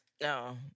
No